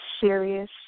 serious